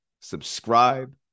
subscribe